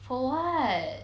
for what